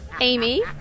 Amy